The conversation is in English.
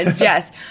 Yes